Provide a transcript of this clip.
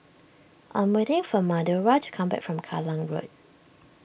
I'm waiting for Madora to come back from Kallang Road